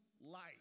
life